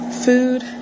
Food